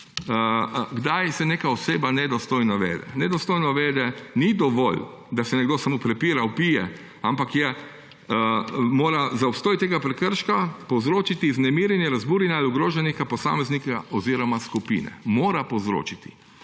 kdaj se neka oseba nedostojno vede –, nedostojno vede, ni dovolj, da se nekdo samo prepira, vpije, ampak mora za obstoj tega prekrška povzročiti vznemirjenje, razburjenje ali ogrožanje posameznika oziroma skupine. Mora povzročiti.